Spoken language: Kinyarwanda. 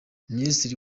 minisitiri